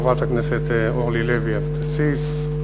חברת הכנסת אורלי לוי אבקסיס,